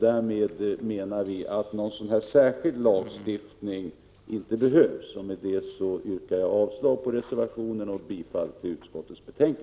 Därmed menar vi att någon särskild lagstiftning inte behövs. Med det sagda yrkar jag avslag på reservationen och bifall till utskottets SE hemställan.